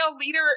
leader